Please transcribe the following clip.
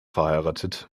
verheiratet